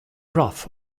rough